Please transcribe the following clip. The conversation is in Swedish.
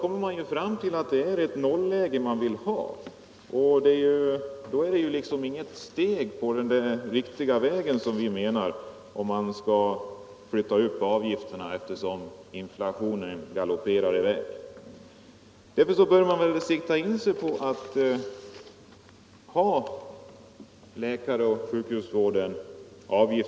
Det är alltså tydligen ett nolläge som man vill ha, och det är inget steg på den väg som vi menar är riktig om man höjer avgiften allteftersom inflationen galopperar i väg. I stället bör man sikta in sig på en avgiftsfri läkar och sjukhusvård.